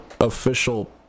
official